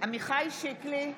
עמיחי שיקלי,